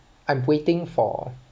I'm waiting for